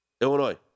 Illinois